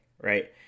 right